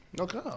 Okay